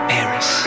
Paris